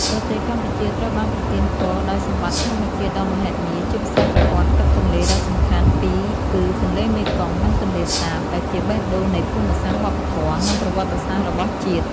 ប្រទេសកម្ពុជាត្រូវបានប្រទានពរដោយសម្បត្តិធម្មជាតិដ៏មហិមា ជាពិសេសប្រព័ន្ធទឹកទន្លេដ៏សំខាន់ពីរគឺទន្លេមេគង្គ និងទន្លេសាប ដែលជាបេះដូងនៃភូមិសាស្ត្រ វប្បធម៌ និងប្រវត្តិសាស្ត្ររបស់ជាតិ។